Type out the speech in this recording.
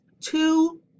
two